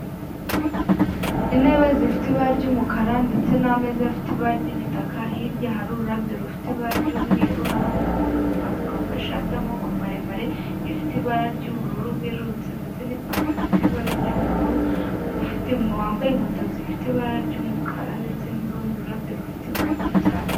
Intebe zifite ibara ry'umukara ndetse n'ameza afite ibara ry'igitaka, hirya hari ururabyo rufite ibara ry'umweru, hari umuntu uri gutambuka wambaye ishati y'amaboko maremare ifite ibara ry'ubururu bwerurutse ndetse n'ipantaro ifite ibara ry'ubururu, wambaye inkweto zifite ibara ry'umukara ndetse n'urundi rurabyo rufite ibara ry'icyatsi.